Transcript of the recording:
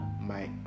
my-